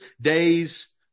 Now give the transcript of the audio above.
days